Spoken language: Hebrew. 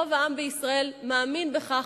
רוב העם בישראל מאמין בכך,